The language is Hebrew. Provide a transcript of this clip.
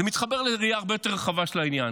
זה מתחבר ליריעה הרבה יותר רחבה של העניין: